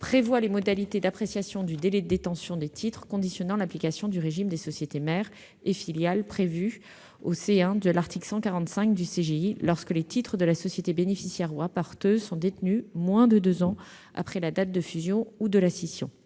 prévoir les modalités d'appréciation du délai de détention des titres conditionnant l'application du régime des sociétés mères et filiales prévu au c du 1 de l'article 145 du CGI, lorsque les titres de la société bénéficiaire ou apporteuse sont détenus pendant moins de deux ans après la date de la fusion ou de la scission.